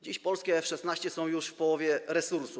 Dziś polskie F-16 są już w połowie resursu.